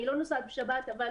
אני לא נוסעת בשבת, אבל